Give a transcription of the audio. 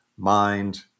mind